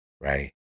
right